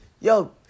yo